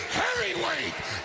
heavyweight